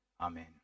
Amen